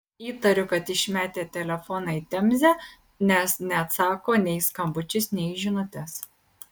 įtariu kad išmetė telefoną į temzę nes neatsako nei į skambučius nei į žinutes